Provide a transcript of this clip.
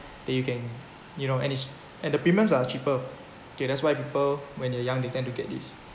then you can you know and it's and the payments are cheaper okay that's why people when they're young they tend to get this